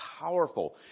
powerful